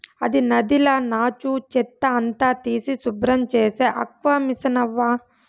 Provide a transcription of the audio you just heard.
అది నదిల నాచు, చెత్త అంతా తీసి శుభ్రం చేసే ఆక్వామిసనవ్వా